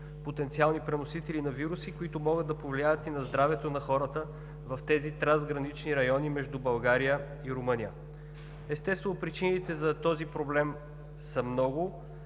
потенциални преносители на вируси, които могат да повлияят и на здравето на хората в тези трансгранични райони между България и Румъния. Естествено, причините за този проблем са много.